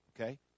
okay